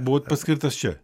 buvot paskirtas čia